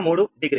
03 degree